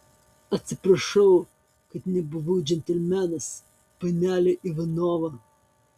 atsiprašau kad nebuvau džentelmenas panele ivanova